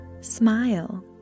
Smile